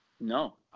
No